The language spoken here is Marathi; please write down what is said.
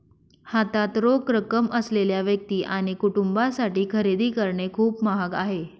हातात रोख रक्कम असलेल्या व्यक्ती आणि कुटुंबांसाठी खरेदी करणे खूप महाग आहे